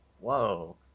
Whoa